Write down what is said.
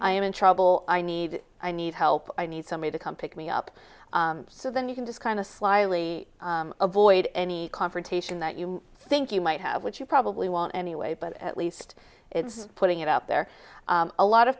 i am in trouble i need i need help i need somebody to come pick me up so then you can just kind of slyly avoid any confrontation that you think you might have which you probably want anyway but at least it's putting it out there a lot of